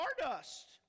stardust